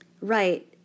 Right